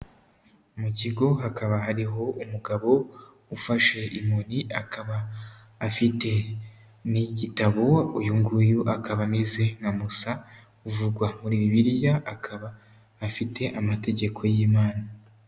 Mu kigo hakaba hariho umugabo ufashe inkoni, akaba afite n'igitabo, uyu nguyu akaba ameze nka Musa uvugwa muri Bibiliya akaba afite amategeko y'Imana.